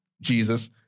Jesus